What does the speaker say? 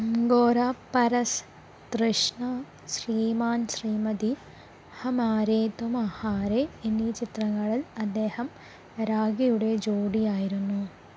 അംഗോരാ പരസ് തൃഷ്ണ ശ്രീമാൻ ശ്രീമതി ഹമാരേ തുമ്ഹാരേ എന്നീ ചിത്രങ്ങളിൽ അദ്ദേഹം രാഖിയുടെ ജോഡിയായിരുന്നു